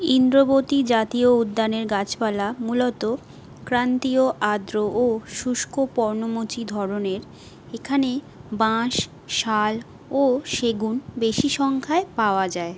ইন্দ্রবতী জাতীয় উদ্যানের গাছপালা মূলত ক্রান্তীয় আর্দ্র ও শুষ্ক পর্ণমোচী ধরনের এখানে বাঁশ শাল ও সেগুন বেশি সংখ্যায় পাওয়া যায়